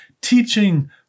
teaching